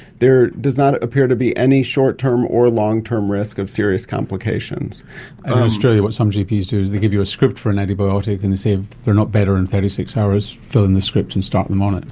there does not appear to be any short-term or long-term risk of serious complications. and in australia what some gps do is they give you a script for an antibiotic and say if you're not better in thirty six hours, fill in the script and start them on it.